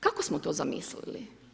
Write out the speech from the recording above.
Kako smo to zamislili?